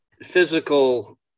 physical